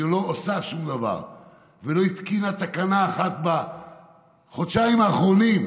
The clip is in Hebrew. שלא עושה שום דבר ולא התקינה תקנה אחת בחודשיים האחרונים,